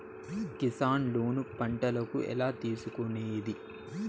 Kisan loan పంటలకు ఎలా తీసుకొనేది?